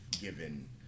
given